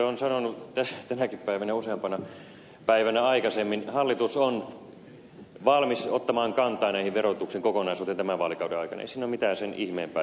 kuten olen sanonut tänäkin päivänä ja useampana päivänä aikaisemmin hallitus on valmis ottamaan kantaa verotuksen kokonaisuuteen tämän vaalikauden aikana ei siinä ole mitään sen ihmeempää